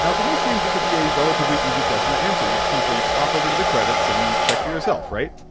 and for most games, this would be a relatively easy question to answer you'd simply pop over to the credits and check for yourself, right?